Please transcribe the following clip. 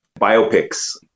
biopics